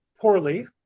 poorly